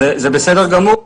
זה בסדר גמור.